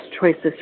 choices